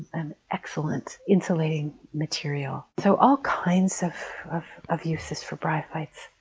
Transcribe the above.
an excellent insulating material. so all kinds of of uses for bryophytes.